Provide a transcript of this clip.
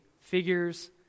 figures